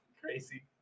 Crazy